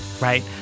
Right